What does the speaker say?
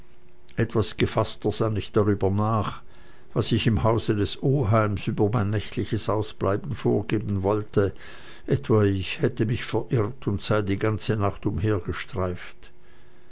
etwas gefaßter sann ich darüber nach was ich im hause des oheims über mein nächtliches ausbleiben vorgeben wolle etwa ich hätte mich verirrt und sei die ganze nacht